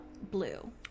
blue